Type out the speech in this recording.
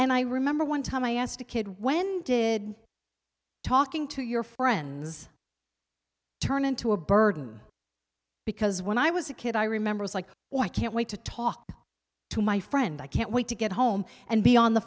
and i remember one time i asked a kid when did talking to your friends turn into a burden because when i was a kid i remember was like oh i can't wait to talk to my friend i can't wait to get home and be on the